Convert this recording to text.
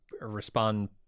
respond